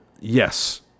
Yes